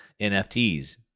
NFTs